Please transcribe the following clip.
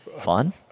fun